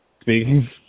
speaking